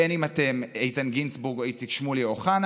בין שאתם איתן גינזבורג או איציק שמולי או אוחנה